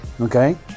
Okay